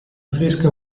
fresca